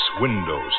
windows